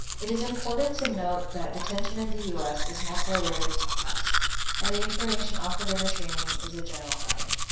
it is important to note that detention in the us is multilayered and complex and the information offered in the training is a general guide.